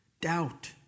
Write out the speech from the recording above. doubt